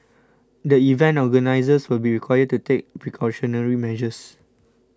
the event organisers will be required to take precautionary measures